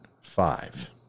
five